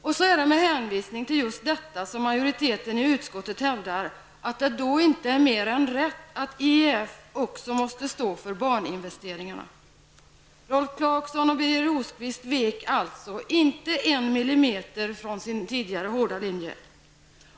Det är med hänvisning till detta som majoriteten i utskottet hävdar att det då inte är mer än rätt att IEF också måste stå för baninvesteringarna! Rolf Clarkson och Birger Rosqvist vek alltså inte en millimeter från sin hårda linje.